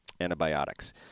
antibiotics